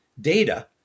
data